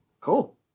Cool